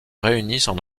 réunissent